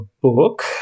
book